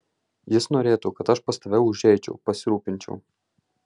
jis norėtų kad aš pas tave užeičiau pasirūpinčiau